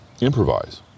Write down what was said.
improvise